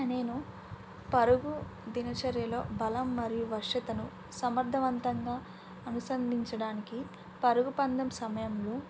నేను పరుగు దినచర్యలో బలం మరియు వశ్యతను సమర్థవంతంగా అనుసంధించడానికి పరుగుపందెం సమయంలో